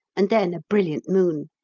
and then a brilliant moon.